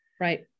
Right